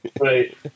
right